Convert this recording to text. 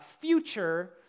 future